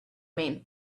main